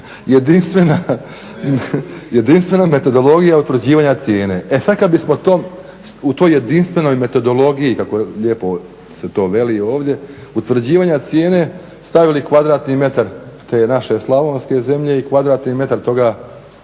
jedinstvena metodologija utvrđivanja cijene. E sad kad bismo u toj jedinstvenoj metodologiji kako lijepo se to veli ovdje utvrđivanja cijene stavili kvadratni metar te naše slavonske zemlje i kvadratni metar toga